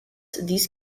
these